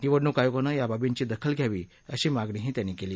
निवडणूक आयोगानं याबाबींची दखल घ्यावी अशी मागणी त्यांनी केली